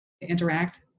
Interact